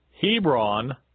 Hebron